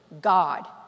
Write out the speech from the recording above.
God